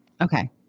Okay